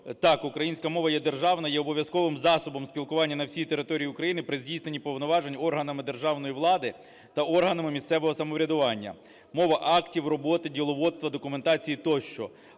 так, українська мова є державна, є обов'язковим засобом спілкування на всій території України при здійсненні повноважень органами державної влади та органами місцевого самоврядування, мова актів, роботи, діловодства, документації тощо.